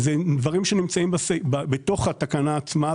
אלה דברים שנמצאים בתוך התקנה עצמה,